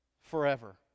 forever